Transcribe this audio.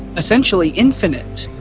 essentially infinite,